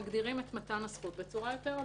מגדירים את מתן הזכות בצורה יותר הדוקה.